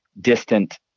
distant